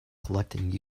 collecting